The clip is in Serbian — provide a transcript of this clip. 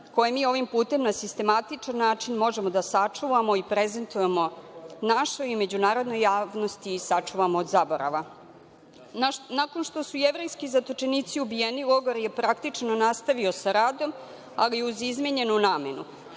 koji mi ovim putem na sistematičan način možemo da sačuvamo i prezentujemo našoj i međunarodnoj javnosti i sačuvamo od zaborava. Nakon što su jevrejski zatočenici ubijeni, logor je praktično nastavio sa radom, ali uz izmenjenu namenu.